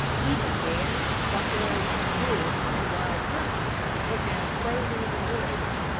even bears, buffalo, wolves, and wild turkeys were found frozen in the woods.